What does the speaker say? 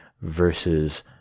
versus